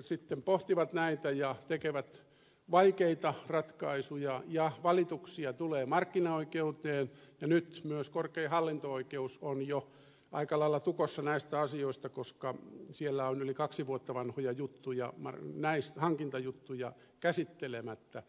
sitten pohtivat näitä ja tekevät vaikeita ratkaisuja ja valituksia tulee markkinaoikeuteen ja nyt myös korkein hallinto oikeus on jo aika lailla tukossa näistä asioista koska siellä on yli kaksi vuotta vanhoja hankintajuttuja käsittelemättä